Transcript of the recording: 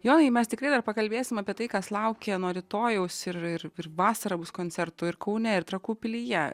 jonai mes tikrai dar pakalbėsim apie tai kas laukia nuo rytojaus ir ir ir vasarą bus koncertų ir kaune ir trakų pilyje